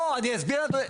לא, אני אסביר לאדוני.